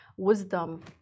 Wisdom